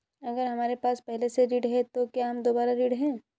अगर हमारे पास पहले से ऋण है तो क्या हम दोबारा ऋण हैं?